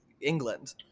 england